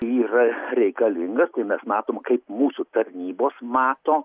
yra reikalinga tai mes matom kaip mūsų tarnybos mato